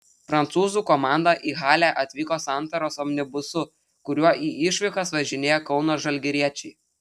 prancūzų komanda į halę atvyko santaros omnibusu kuriuo į išvykas važinėja kauno žalgiriečiai